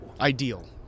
Ideal